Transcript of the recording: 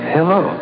Hello